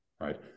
right